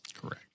correct